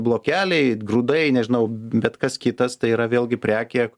blokeliai grūdai nežinau bet kas kitas tai yra vėlgi prekė